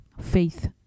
faith